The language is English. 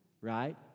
right